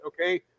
okay